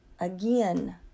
Again